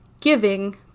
giving